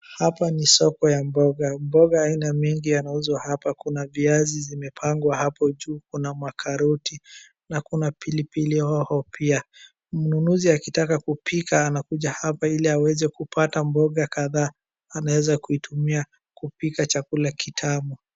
Hapa ni soko ya mboga. Mboga aina mingi yanauzwa hapa. Kuna viazi zimepangwa hapo juu, kuna makaroti na kuna pilipili hoho pia. Mnunuzi akitaka kupika anakuja hapa hili aweze kupata mboga kadhaa anaeza kuitumia kupika chakula kitamu.